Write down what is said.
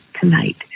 tonight